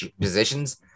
positions